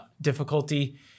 difficulty